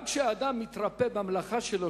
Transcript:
גם כשאדם מתרפה במלאכה שלו,